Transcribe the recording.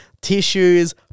Tissues